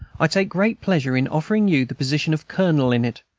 i take great pleasure in offering you the position of colonel in it,